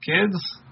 kids